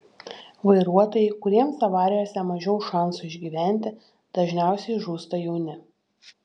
vairuotojai kuriems avarijose mažiau šansų išgyventi dažniausiai žūsta jauni